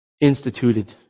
instituted